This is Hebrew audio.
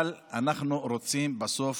אבל אנחנו רוצים בסוף,